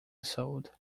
sold